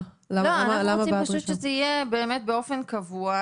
אנחנו רוצים שזה יהיה באמת באופן קבוע.